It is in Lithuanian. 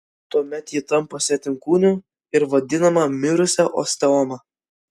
tuomet ji tampa svetimkūniu ir vadinama mirusia osteoma